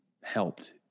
helped